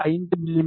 5 மி